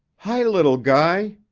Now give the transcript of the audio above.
hi, little guy,